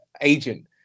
agent